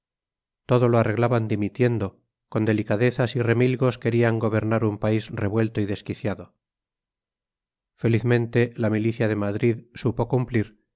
todo lo arreglaban dimitiendo con delicadezas y remilgos querían gobernar un país revuelto y desquiciado felizmente la milicia de madrid supo cumplir